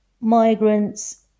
migrants